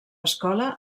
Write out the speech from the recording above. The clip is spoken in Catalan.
escola